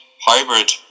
hybrid